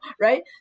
right